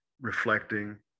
reflecting